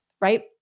right